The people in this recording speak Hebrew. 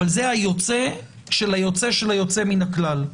אבל זה היוצא של היוצא של היוצא מן הכלל.